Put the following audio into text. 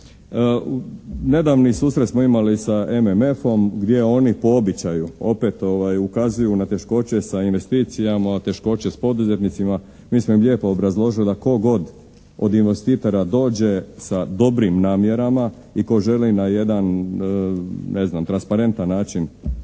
Nedavni susret smo imali sa MMF-om gdje oni po običaju opet ukazuju na teškoće sa investicijama, teškoće s poduzetnicima. Mi smo im lijepo obrazložili da tko god od investitora dođe sa dobrim namjerama i tko želi na jedan transparentan način